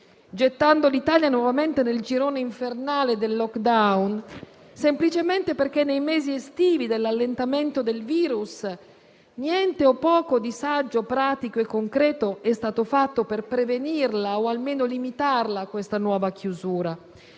gettando l'Italia nuovamente nel girone infernale del *lockdown* semplicemente perché nei mesi estivi dell'allentamento del virus niente o poco di saggio, pratico e concreto è stato fatto per prevenire o almeno limitare questa nuova chiusura.